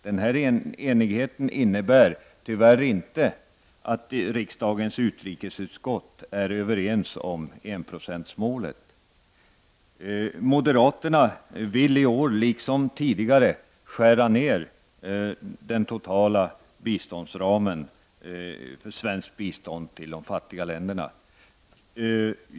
Denna enighet innebär tyvärr inte att riksdagens utrikesutskott är överens om enprocentsmålet. Moderaterna vill i år, liksom tidigare, skära ner den totala biståndsramen för svenskt bistånd till de fattiga länderna.